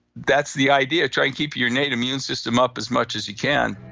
that's the idea, try and keep your innate immune system up as much as you can.